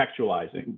contextualizing